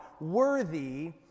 Worthy